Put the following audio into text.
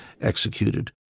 executed